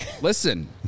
Listen